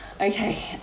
Okay